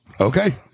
Okay